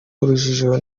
urujijo